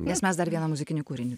nes mes dar vieną muzikinį kūrinį